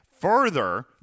Further